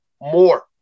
more